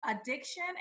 addiction